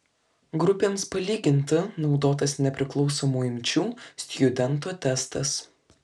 grupėms palyginti naudotas nepriklausomų imčių stjudento testas